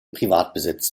privatbesitz